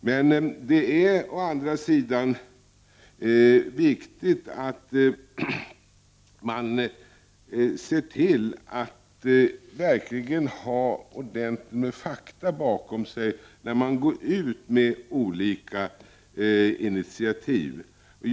Men sedan är det viktigt att man ser till att man verkligen har ordentligt med fakta innan olika initiativ tas.